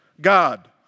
God